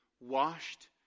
washed